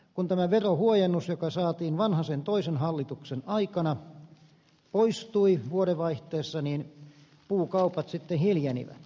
kun tämä verohuojennus joka saatiin vanhasen toisen hallituksen aikana poistui vuodenvaihteessa puukaupat sitten hiljenivät